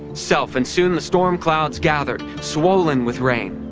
self and soon the storm clouds gathered, swollen with rain.